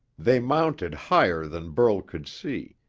they mounted higher than burl could see,